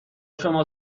شما